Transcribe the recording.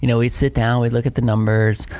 you know we'd sit down, we'd look at the numbers,